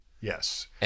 Yes